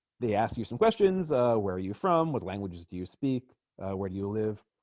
they ask you some questions where are you from what languages do you speak where do you live